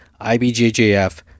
IBJJF